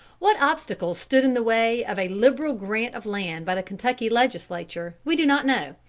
what obstacle stood in the way of a liberal grant of land by the kentucky legislature we do not know.